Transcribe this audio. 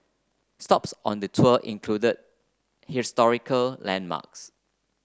stops on the tour include historical landmarks